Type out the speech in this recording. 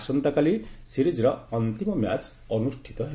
ଆସନ୍ତାକାଲି ସିରିଜ୍ର ଅନ୍ତିମ ମ୍ୟାଚ୍ ଅନୁଷ୍ଠିତ ହେବ